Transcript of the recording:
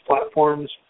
platforms